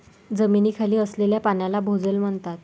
जमिनीखाली असलेल्या पाण्याला भोजल म्हणतात